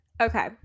Okay